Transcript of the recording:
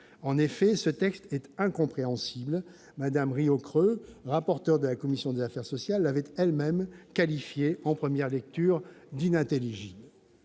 en effet, ce texte est incompréhensible et Mme Riocreux, rapporteur de la commission des affaires sociales, l'avait elle-même qualifié, en première lecture, d'« inintelligible